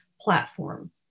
platform